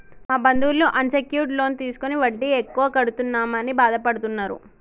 మా బంధువులు unsecured loan తీసుకుని వడ్డీ ఎక్కువ కడుతున్నామని బాధపడుతున్నరు